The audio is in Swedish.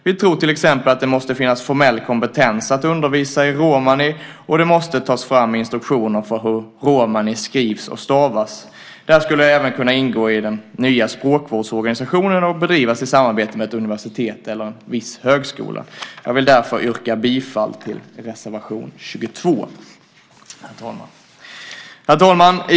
Vi vill exempelvis att det måste finnas formell kompetens att undervisa i romani, och det måste tas fram instruktioner för hur romani skrivs och stavas. Det skulle kunna ingå i den nya språkvårdsorganisationen och bedrivas i samarbete med ett universitet eller en viss högskola. Jag yrkar därför bifall till reservation 22. Herr talman!